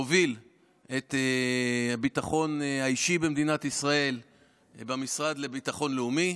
להוביל את הביטחון האישי במדינת ישראל במשרד לביטחון לאומי,